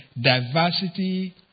diversity